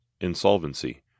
insolvency